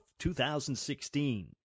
2016